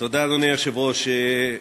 אדוני היושב-ראש,